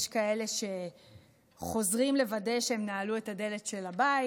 יש כאלה שחוזרים לוודא שהם נעלו את הדלת של הבית,